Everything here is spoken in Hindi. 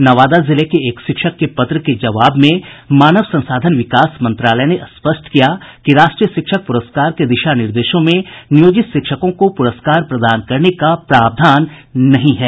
नवादा जिले के एक शिक्षक के पत्र के जवाब में मानव संसाधन विकास मंत्रालय ने स्पष्ट किया है कि राष्ट्रीय शिक्षक प्रस्कार के दिशा निर्देशों में नियोजित शिक्षकों को प्रस्कार प्रदान करने का प्रावधान नहीं है